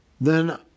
then